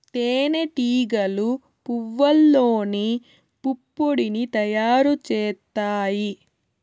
తేనె టీగలు పువ్వల్లోని పుప్పొడిని తయారు చేత్తాయి